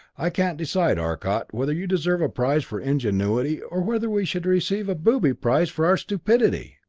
i can't decide, arcot, whether you deserve a prize for ingenuity, or whether we should receive booby-prizes for our stupidity.